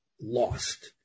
lost